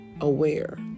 aware